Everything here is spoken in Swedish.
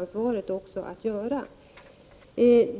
synpunkter.